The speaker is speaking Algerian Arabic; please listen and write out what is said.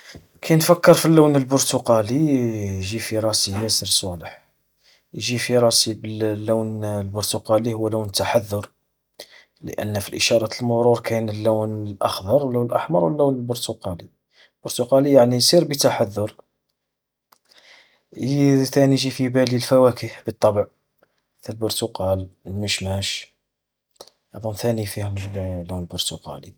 كي نتفكر في اللون البرتقالي، يجي في راسي يسر صوالح. يجي في راسي اللون البرتقالي هو لون التحذر، لأن في إشارة المرور كاين اللون الأخضر و اللون الأحمر واللون البرتقالي، البرتقالي يعني سر بتحذر. اللي ثاني يجي في بالي الفواكه بالطبع، مثل البرتقال المشماش ظون ثاني فيهم اللون البرتقالي.